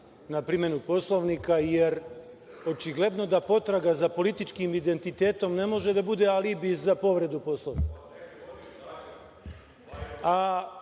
na primenu Poslovnika jer očigledno da potraga za političkim identitetom ne može da bude alibi za povredu Poslovnika. Taj